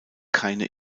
keine